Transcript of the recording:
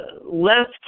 left